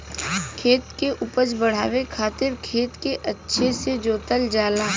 खेत के उपज बढ़ावे खातिर खेत के अच्छा से जोतल जाला